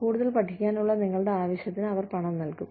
കൂടുതൽ പഠിക്കാനുള്ള നിങ്ങളുടെ ആവശ്യത്തിന് അവർ പണം നൽകും